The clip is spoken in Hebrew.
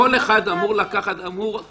כל אחד אמור ואמור.